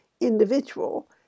individual